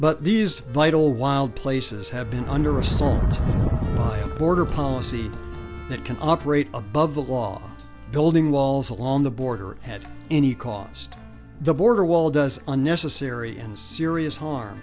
but these little wild places have been under assault by a border policy that can operate above the law building walls along the border at any cost the border wall does unnecessary and serious harm